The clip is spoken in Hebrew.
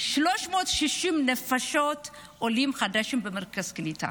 360 נפשות, עולים חדשים במרכז הקליטה,